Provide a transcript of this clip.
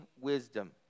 wisdom